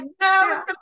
no